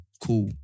Cool